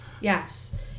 Yes